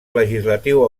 legislatiu